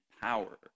power